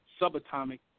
subatomic